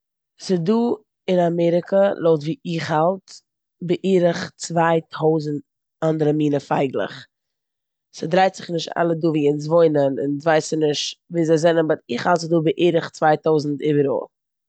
ס'דא אין אמעריקע לויט ווי איך האלט בערך צוויי טויזנט אנדערע מינע פייגלעך. ס'דרייט זיך נישט אלע דא ווי אונז וואוינען און אונז ווייסן נישט ווער זיי זענען באט איך האלט ס'דא בערך צוויי טויזנט איבעראל.